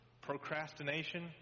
procrastination